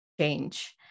change